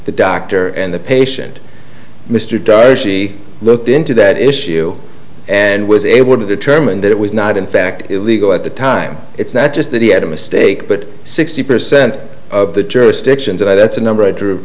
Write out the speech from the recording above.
the doctor and the patient mr di she looked into that issue and was able to determine that it was not in fact illegal at the time it's not just that he had a mistake but sixty percent of the jurisdictions that it's a number i drew